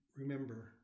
remember